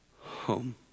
home